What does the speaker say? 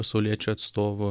pasauliečių atstovų